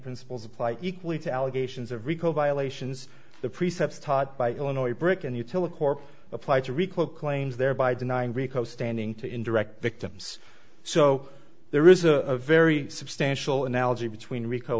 principles apply equally to allegations of rico violations the precepts taught by illinois brick and utility applied to requote claims thereby denying rico standing to indirect victims so there is a very substantial analogy between rico